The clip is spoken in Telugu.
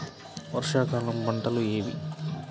వర్షాకాలం పంటలు ఏవి?